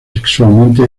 sexualmente